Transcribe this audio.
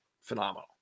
phenomenal